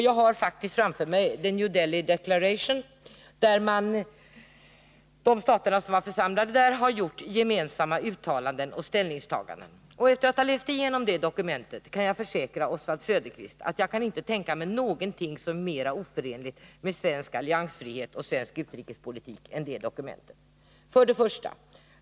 Jag har framför mig The New Delhi Declaration, där de stater som där var församlade har gjort gemensamma uttalanden och ställningstaganden. Efter att ha läst igenom det dokumentet kan jag försäkra Oswald Söderqvist att jag inte kan tänka mig någonting som är mera oförenligt med svensk alliansfrihet och svensk utrikespolitik än det.